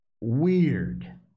Weird